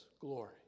glory